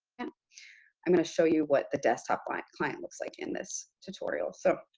and i'm going to show you what the desktop like client looks like in this tutorial. so,